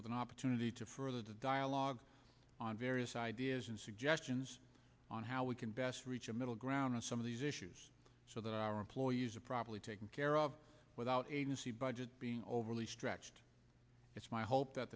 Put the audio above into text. with an opportunity to further the dialogue on various ideas and suggestions on how we can best reach a middle ground on some of these issues so that our employees are properly taken care of without agency budget being overly stretched it's my hope that